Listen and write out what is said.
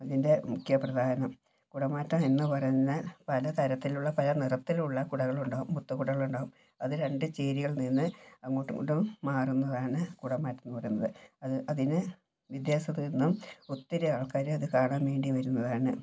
ഇതിൻ്റെ മുഖ്യപ്രധാനം കുടമാറ്റം എന്നുപറയുന്ന പല തരത്തിലുള്ള പല നിറത്തിലുള്ള കുടകളുണ്ടാവും മുത്തുക്കുടകളുണ്ടാവും അത് രണ്ട് ചേരികൾ നിന്ന് അങ്ങോട്ടും ഇങ്ങോട്ടും മാറുന്നതാണ് കുടമാറ്റം എന്ന് പറയുന്നത് അത് അതിനു വിദേശത്തുനിന്നും ഒത്തിരി ആൾക്കാർ അത് കാണാൻ വേണ്ടി വരുന്നതാണ്